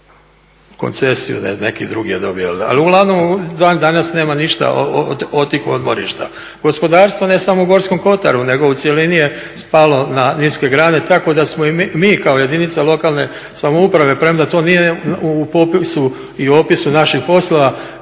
koncesiju, neki drugi je dobio. Ali uglavnom dan danas nema ništa od tih odmorišta. Gospodarstva, ne samo u Gorskom kotaru, nego u cjelini je spalo na niske grane, tako da smo i mi kao jedinice lokalne samouprave premda to nije u popisu i opisu naših poslova